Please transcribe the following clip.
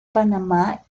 panamá